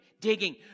digging